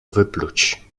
wypluć